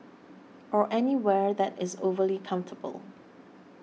or anywhere that is overly comfortable